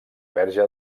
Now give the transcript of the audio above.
verge